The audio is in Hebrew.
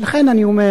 ולכן אני אומר,